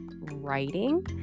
writing